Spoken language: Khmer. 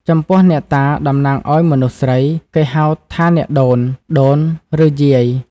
ចំពោះ អ្នកតាតំណាងមនុស្សស្រី គេហៅថា អ្នកដូន ដូន ឬយាយ ។